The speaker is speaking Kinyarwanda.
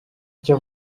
icyo